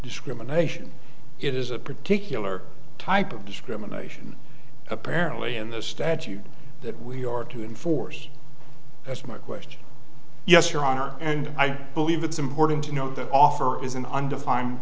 discrimination it is a particular type of discrimination apparently in the statute that we are to enforce that's my question yes your honor and i believe it's important to note that offer is an undefined